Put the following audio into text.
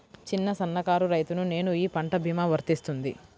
చిన్న సన్న కారు రైతును నేను ఈ పంట భీమా వర్తిస్తుంది?